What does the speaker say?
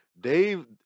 Dave